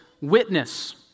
witness